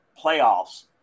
playoffs